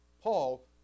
Paul